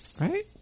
right